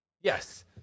yes